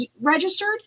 registered